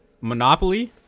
Monopoly